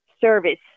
service